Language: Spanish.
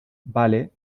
vale